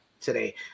today